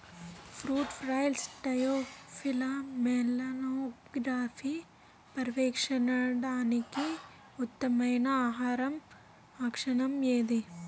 Fruit flies drosophila మెలనోగాస్టర్ని పర్యవేక్షించడానికి ఉత్తమమైన ఆహార ఆకర్షణ ఏది?